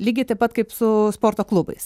lygiai taip pat kaip su sporto klubais